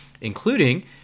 including